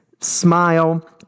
smile